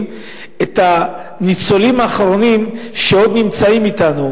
את הניצולים האחרונים שעוד נמצאים אתנו,